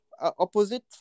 opposite